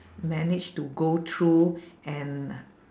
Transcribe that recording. managed to go through and